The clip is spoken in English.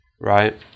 right